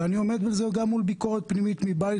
ואני עומד בזה גם מול ביקורת פנימית מבית,